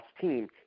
team